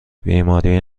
بیماری